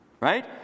Right